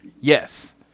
yes